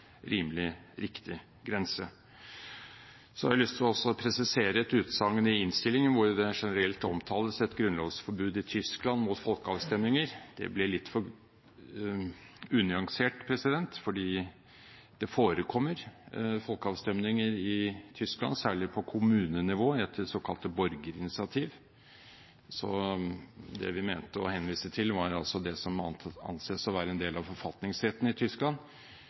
rimelig riktig grense. Jeg har lyst til også å presisere et utsagn i innstillingen hvor det generelt omtales et grunnlovsforbud i Tyskland mot folkeavstemninger. Det ble litt for unyansert, for det forekommer folkeavstemninger i Tyskland, særlig på kommunenivå etter såkalte borgerinitiativ. Det vi mente å henvise til, var altså det som anses å være en del av forfatningsretten i Tyskland,